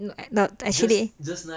actually